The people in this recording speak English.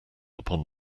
upon